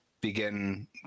begin